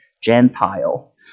Gentile